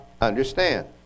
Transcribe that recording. understand